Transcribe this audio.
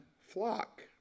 flock